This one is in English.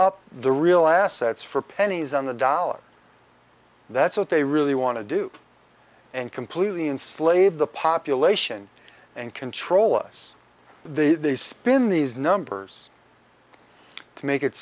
up the real assets for pennies on the dollar that's what they really want to do and completely in slave the population and control us these spin these numbers to make it